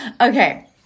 Okay